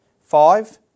Five